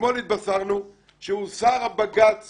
אתמול התבשרנו שהוסר הבג"ץ